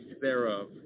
thereof